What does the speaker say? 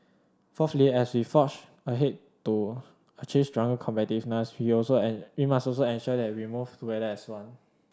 fourthly as we forge ahead to achieve stronger competitiveness we also must also ensure that we move together as one